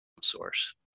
source